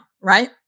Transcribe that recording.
Right